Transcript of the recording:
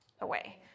away